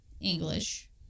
English